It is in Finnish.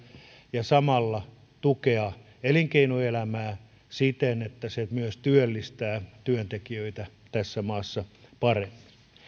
ja samalla tukea elinkeinoelämää siten että se myös työllistää työntekijöitä tässä maassa paremmin